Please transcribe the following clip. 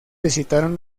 visitaron